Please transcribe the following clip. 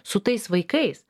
su tais vaikais